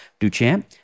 Duchamp